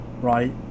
right